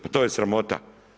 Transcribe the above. Pa to je sramota.